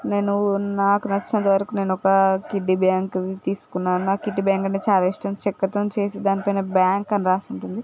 నేను నాకు నచ్చినంత వరకు నేను ఒక కిడ్డీ బ్యాంకు తీసుకున్నాను నాకు కిడ్డీ బ్యాంక్ అంటే చాలా ఇష్టం చెక్కతో చేసి దాని పైన బ్యాంక్ అని రాసి ఉంటుంది